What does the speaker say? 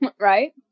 Right